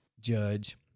judge